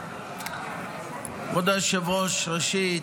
כבוד היושב-ראש, ראשית,